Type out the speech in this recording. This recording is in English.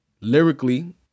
lyrically